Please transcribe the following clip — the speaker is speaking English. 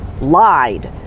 lied